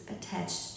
attached